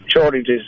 shortages